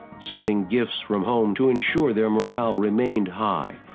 sending gifts from home to ensure their morale remained high,